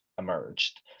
emerged